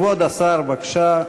כבוד השר, בבקשה.